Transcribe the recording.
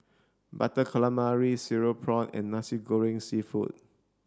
butter calamari cereal prawn and Nasi Goreng seafood